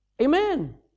Amen